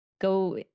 go